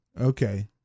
Okay